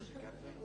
שהפסיקו אותו